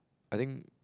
I think